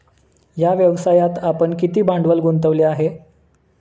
या व्यवसायात आपण किती भांडवल गुंतवले आहे?